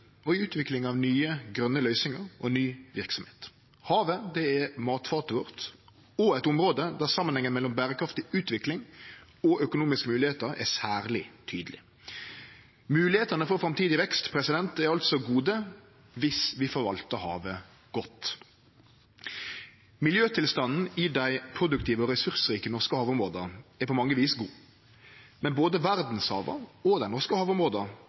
og i utviklinga av nye, grøne løysingar og ny verksemd. Havet er matfatet vårt og eit område der samanhengen mellom berekraftig utvikling og økonomiske moglegheiter er særleg tydeleg. Moglegheitene for framtidig vekst er altså gode om vi forvaltar havet godt. Miljøtilstanden i dei produktive og ressursrike norske havområda er på mange vis god, men både verdshava og dei norske havområda